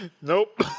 Nope